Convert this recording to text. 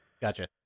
Gotcha